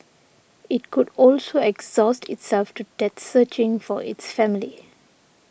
it could also exhaust itself to death searching for its family